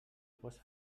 pots